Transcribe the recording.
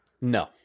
No